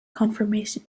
confirmation